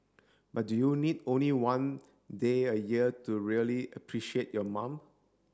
but do you need only one day a year to really appreciate your mom